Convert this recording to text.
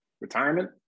retirement